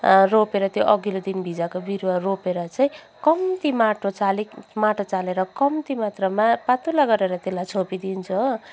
रोपेर त्यो अघिल्लो दिन भिजाएको बिरुवा रोपेर चाहिँ कम्ती माटो चाली माटो चालेर कम्ती मात्रामा पातला गरेर त्यसलाई छोपिदिन्छु हो